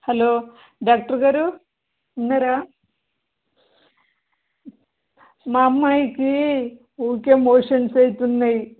hello doctor గారు ఉన్నారా మా అమ్మయికి ఊరికే మోషన్స్ అవుతున్నాయి